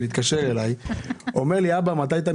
תודה.